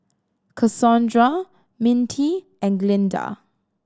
Cassondra Mintie and Glynda